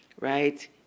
Right